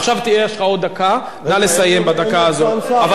עכשיו יש לך עוד דקה, נא לסיים בדקה הזאת.